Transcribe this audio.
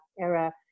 era